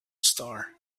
star